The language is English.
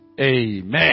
amen